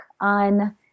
on